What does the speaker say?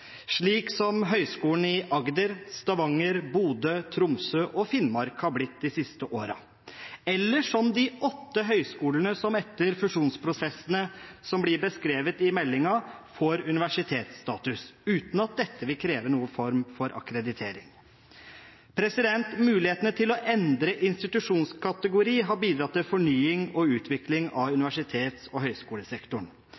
slik som høgskolene i Agder, Stavanger, Bodø, Tromsø og Finnmark har blitt de siste årene, eller som de åtte høgskolene som etter fusjonsprosessene som blir beskrevet i meldingen, får universitetsstatus – uten at dette vil kreve noen form for akkreditering. Mulighetene til å endre institusjonskategori har bidratt til fornying og utvikling av universitets- og